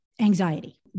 anxiety